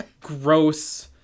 gross